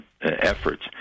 efforts